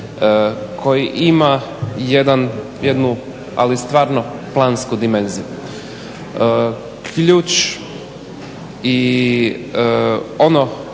koji ima jednu ali stvarno plansku dimenziju. Ključ i one